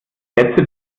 sätze